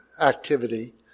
activity